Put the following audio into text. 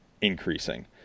increasing